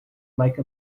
like